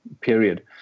period